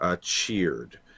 Cheered